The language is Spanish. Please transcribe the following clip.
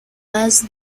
más